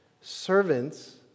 servants